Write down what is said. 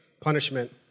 punishment